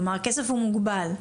כלומר הכסף הוא מוגבל.